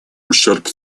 ущерб